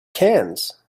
cannes